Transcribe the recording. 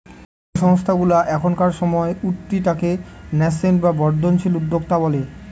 যে সংস্থাগুলা এখনকার সময় উঠতি তাকে ন্যাসেন্ট বা বর্ধনশীল উদ্যোক্তা বলে